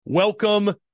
Welcome